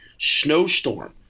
snowstorm